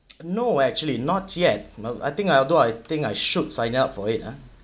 no actually not yet but I think I would do I think I should signing up for it ah